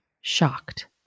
shocked